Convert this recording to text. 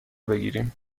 بگیریم